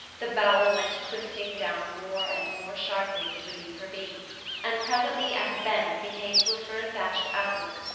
the bowel went twisting down more and more sharply into a deep ravine and presently, at a bend, we came to a fir-thatched outlook,